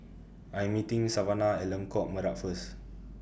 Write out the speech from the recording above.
I'm meeting Savanah At Lengkok Merak First